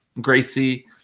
Gracie